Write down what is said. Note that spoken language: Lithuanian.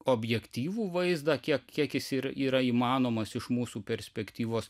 objektyvų vaizdą kiek kiek jis ir yra įmanomas iš mūsų perspektyvos